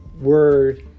word